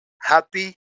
happy